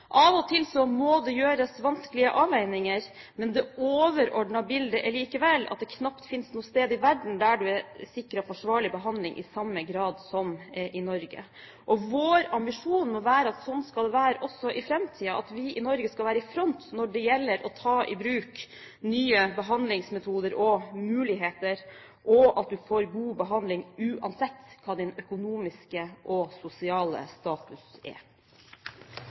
Av og til må det gjøres vanskelige avveininger, men det overordnede bildet er likevel at det knapt finnes noe sted i verden der du er sikret forsvarlig behandling i samme grad som i Norge. Og vår ambisjon må være at det skal være slik også i framtiden at vi i Norge skal være i front når det gjelder å ta i bruk nye behandlingsmetoder og muligheter, og at du får god behandling uansett hva din økonomiske og sosiale status er.